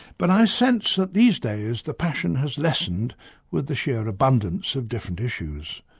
but i sense that these days the passion has lessened with the sheer abundance of different issues.